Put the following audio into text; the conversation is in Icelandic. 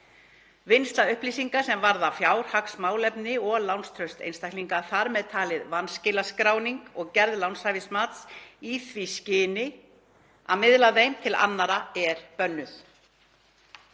Vinnsla upplýsinga sem varða fjárhagsmálefni og lánstraust einstaklinga, þ.m.t. vanskilaskráning og gerð lánshæfismats, í því skyni að miðla þeim til annarra, er bönnuð.